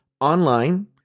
online